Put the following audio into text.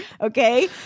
okay